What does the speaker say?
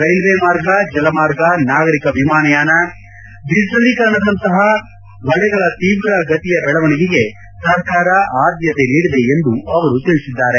railway ಮಾರ್ಗ ಜಲಮಾರ್ಗ ನಾಗರಿಕ ವಿಮಾನಯಾನ ಡಿಜೆಟಲೀಕರಣದಂತಹ ವಲಯಗಳ ತೀವ್ರಗತಿಯ ಬೆಳೆವಣಗೆಗೆ ಸರ್ಕಾರ ಆದ್ಯತೆ ನೀಡಿದೆ ಎಂದು ಅವರು ತಿಳಿಸಿದ್ದಾರೆ